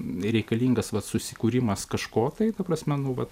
reikalingas vat susikūrimas kažko tai ta prasme nu vat